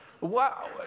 Wow